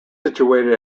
situated